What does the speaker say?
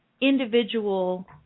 individual